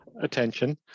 attention